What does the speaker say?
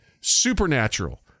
Supernatural